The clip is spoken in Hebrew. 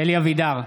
אלי אבידר,